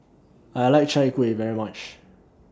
I like Chai Kueh very much